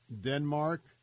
Denmark